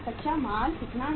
कच्चा माल कितना है